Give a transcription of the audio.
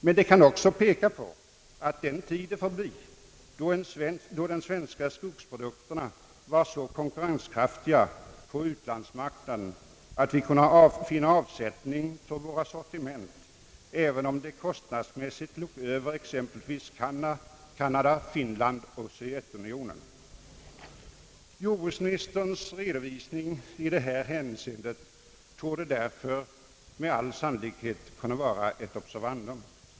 Men det kan också peka på att den tid är förbi, då de svenska skogsprodukterna var så konkurrenskraftiga på utlandsmarknaden att vi kunde finna avsättning för våra sortiment även om de kostnadsmässigt låg över exempelvis Kanadas, Finlands och Sovjetunionens. Jordbruksministerns redovisning i detta hänseende torde därför med all sannolikhet vara ett observandum.